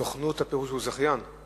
סוכנות, הפירוש הוא זכיין?